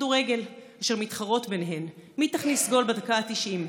כדורגל אשר מתחרות ביניהן מי תכניס גול בדקה ה-90.